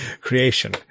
creation